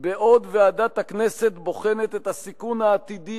בעוד ועדת הכנסת בוחנת את הסיכון העתידי